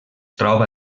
troba